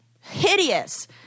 Hideous